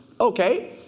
Okay